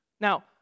Now